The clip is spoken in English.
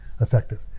effective